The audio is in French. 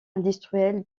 industriel